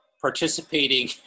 participating